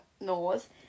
knows